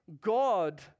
God